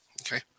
Okay